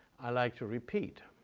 i'd like to repeat.